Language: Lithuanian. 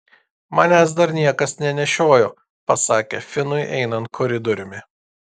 manęs dar niekas nenešiojo pasakė finui einant koridoriumi